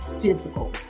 physical